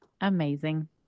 Amazing